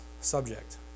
subject